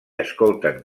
escolten